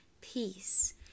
peace